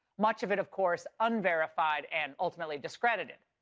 much of it, of course, unverified and ultimately discredited.